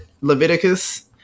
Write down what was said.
Leviticus